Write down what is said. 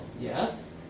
yes